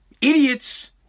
idiots